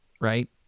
right